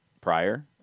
prior